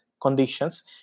conditions